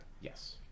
Yes